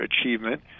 achievement